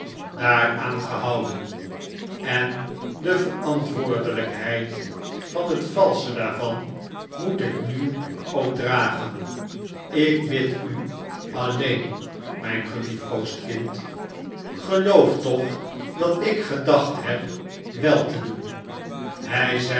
daaraan gehouden en de verantwoordelijkheid van het valsche daarvan moet ik nu ook dragen ik bidt u alleen mijn geliefkoosd kind geloof toch dat ik gedacht heb wel te doen hij zeide